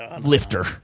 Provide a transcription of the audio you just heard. lifter